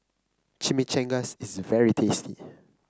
chimichangas is very tasty